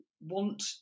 want